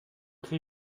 cri